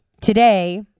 today